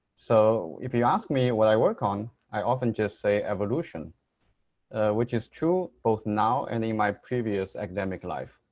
so if you ask me what i work on i often just say evolution which is true both now and in my previous academic life.